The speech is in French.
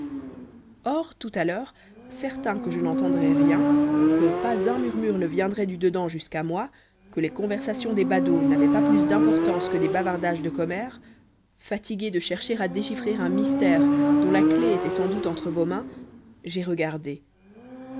or tout à l'heure certain que je n'entendrais rien que pas un murmure ne viendrait du dedans jusqu'à moi que les conversations des badauds n'avaient pas plus d'importance que des bavardages de commères fatigué de chercher à déchiffrer un mystère dont la clé était sans doute entre vos mains j'ai regardé